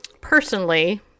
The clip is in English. personally